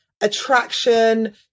attraction